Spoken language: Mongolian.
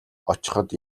очиход